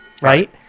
right